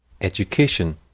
Education